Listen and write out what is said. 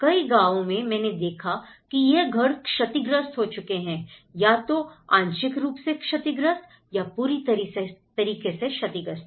कई गांव में मैंने देखा कि यह घर क्षतिग्रस्त हो चुके हैं या तो आंशिक रूप से क्षतिग्रस्त या पूरी तरह से क्षतिग्रस्त